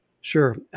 Sure